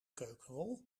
keukenrol